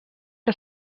que